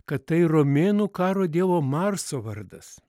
kad tai romėnų karo dievo marso vardas